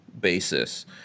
basis